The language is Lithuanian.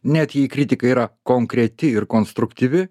net jei kritika yra konkreti ir konstruktyvi